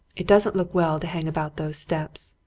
it doesn't look well to hang about those steps.